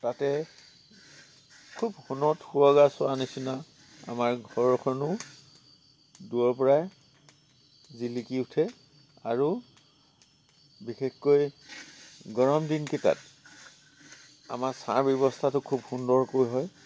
তাতে খুব সোণত সুৱগা চৰা নিচিনা আমাৰ ঘৰখনো দূৰৰ পৰাই জিলিকি উঠে আৰু বিশেষকৈ গৰম দিনকেইটাত আমাৰ ছাঁ ব্যৱস্থাটো খুব সুন্দৰকৈ হয়